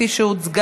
לא אושרה.